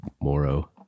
Moro